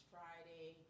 Friday